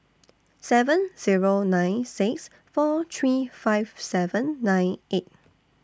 seven Zero nine six four three five seven nine eight